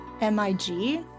MIG